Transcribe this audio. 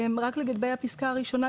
רק לגבי הפיסקה הראשונה,